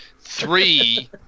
three